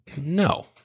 no